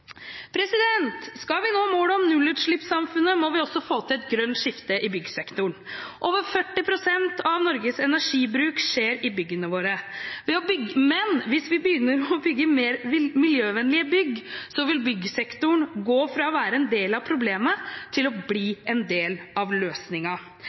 Skal vi nå målet om nullutslippssamfunnet, må vi få til et grønt skifte i byggsektoren. Over 40 pst. av Norges energibruk skjer i byggene våre. Men hvis vi begynner å bygge mer miljøvennlige bygg, vil byggsektoren gå fra å være en del av problemet til å